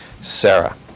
Sarah